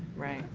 right.